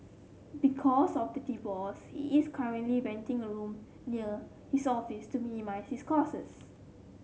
because of the divorce he is currently renting a room near his office to minimise his